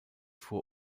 vor